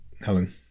Helen